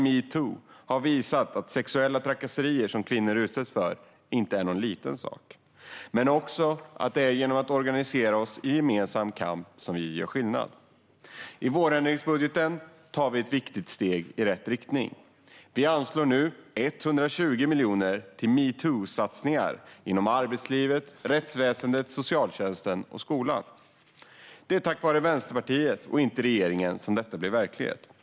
Metoo har visat att de sexuella trakasserier som kvinnor utsätts för inte är någon liten sak men också att det är genom att organisera oss i gemensam kamp som vi gör skillnad. I vårändringsbudgeten tar vi ett viktigt steg i rätt riktning. Vi anslår nu 120 miljoner till metoo-satsningar inom arbetslivet, rättsväsendet, socialtjänsten och skolan. Det är tack vare Vänsterpartiet, inte regeringen, som detta blir verklighet.